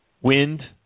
Wind